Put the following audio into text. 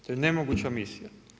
To je nemoguća misija.